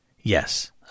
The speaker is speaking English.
Yes